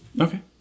Okay